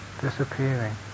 disappearing